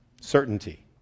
certainty